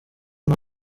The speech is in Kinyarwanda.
nta